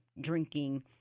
drinking